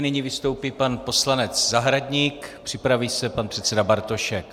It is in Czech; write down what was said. Nyní vystoupí pan poslanec Zahradník, připraví se pan předseda Bartošek.